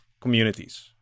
communities